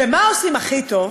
ומה עושים הכי טוב?